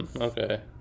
okay